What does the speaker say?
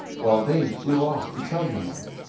while they flew off to tell your mother.